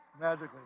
magically